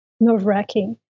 nerve-wracking